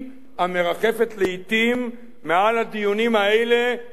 לעתים מעל הדיונים האלה במליאת הכנסת.